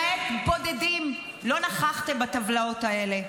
למעט בודדים לא נכחתם בטבלאות האלה,